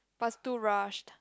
but it's too rushed